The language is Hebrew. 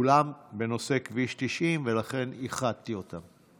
כולן בנושא כביש 90, ולכן איחדתי אותן.